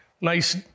nice